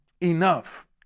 enough